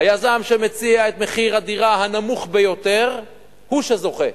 היזם שמציע את מחיר הדירה הנמוך ביותר הוא שזוכה.